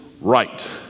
right